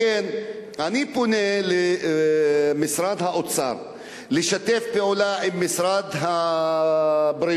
לכן אני פונה למשרד האוצר לשתף פעולה עם משרד הבריאות,